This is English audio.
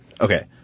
Okay